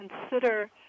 consider